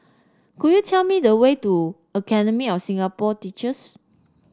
could you tell me the way to Academy of Singapore Teachers